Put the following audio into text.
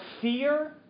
fear